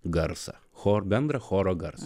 garsą choru bendra choro garsai